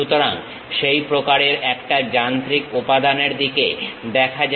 সুতরাং সেই প্রকারের একটা যান্ত্রিক উপাদানের দিকে দেখা যাক